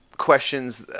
questions